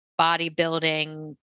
bodybuilding